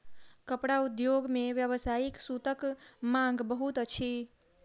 कपड़ा उद्योग मे व्यावसायिक सूतक मांग बहुत अछि